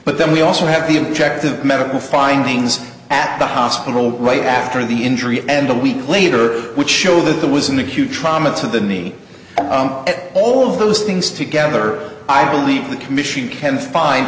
but then we also have the injective medical findings at the hospital right after the injury and a week later which show that there was an acute trauma to the knee all of those things together i believe the commission can fin